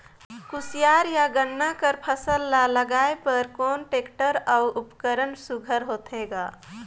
कोशियार या गन्ना कर फसल ल लगाय बर कोन टेक्टर अउ उपकरण सुघ्घर होथे ग?